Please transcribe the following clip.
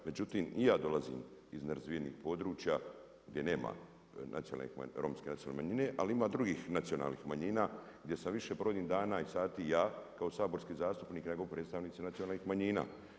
Međutim i ja dolazim iz nerazvijenih područja gdje nema Romske nacionalne manjine ali ima drugih nacionalnih manjina gdje sam više brojnih dana i sati ja kao saborski zastupnik nego predstavnici nacionalnih manjina.